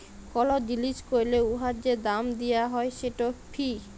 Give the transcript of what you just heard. call জিলিস ক্যরলে উয়ার যে দাম দিয়া হ্যয় সেট ফি